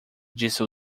disse